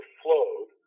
flowed